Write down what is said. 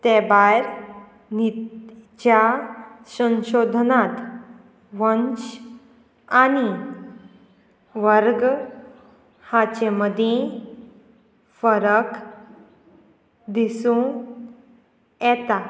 ते भायर न्हिदच्या संशोधनांत वंश आनी वर्ग हाचे मदीं फरक दिसूं येता